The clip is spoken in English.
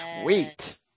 sweet